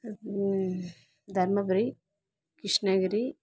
Dharmapuri Krishnagiri